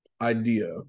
idea